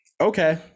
okay